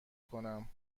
کنم